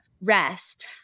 rest